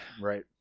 Right